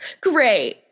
Great